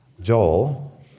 Joel